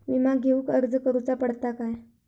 विमा घेउक अर्ज करुचो पडता काय?